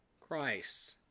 Christ